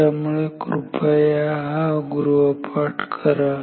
त्यामुळे कृपया हा गृहपाठ करा